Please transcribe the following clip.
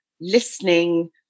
listening